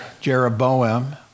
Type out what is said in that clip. Jeroboam